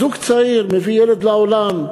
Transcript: זוג צעיר מביא ילד לעולם,